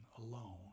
alone